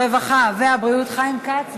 הרווחה והבריאות חיים כץ.